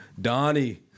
Donnie